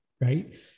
right